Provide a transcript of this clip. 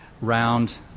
round